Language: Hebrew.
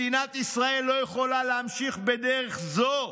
מדינת ישראל לא יכולה להמשיך בדרך זו,